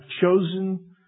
chosen